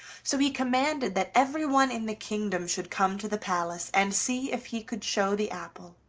so he commanded that everyone in the kingdom should come to the palace, and see if he could show the apple.